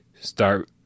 start